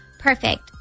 Perfect